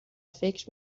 فکر